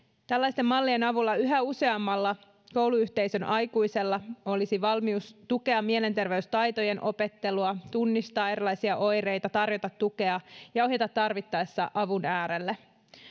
tällaisten mallien avulla yhä useammalla kouluyhteisön aikuisella olisi valmius tukea mielenterveystaitojen opettelua tunnistaa erilaisia oireita tarjota tukea ja ohjata tarvittaessa avun äärelle